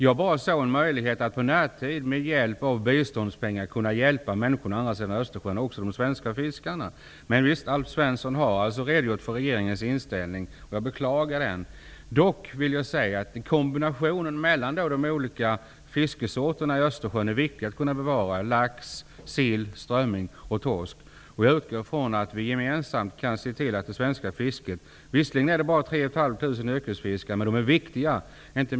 Jag såg bara en möjlighet att inom den närmaste tiden med hjälp av biståndspengar kunna hjälpa både de svenska fiskarna och människorna på andra sidan Östersjön. Det är riktigt att Alf Svensson har redogjort för regeringens inställning. Jag beklagar den. De viktigaste fiskarterna att bevara i Östersjön är lax, sill, strömming och torsk. Jag utgår ifrån att vi gemensamt kan se till att det svenska fisket fortlever. Visserligen har vi bara 3 500 yrkesfiskare, men de är viktiga.